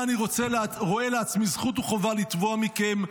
מה אני רואה לעצמי זכות וחובה לתבוע מכם?